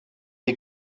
des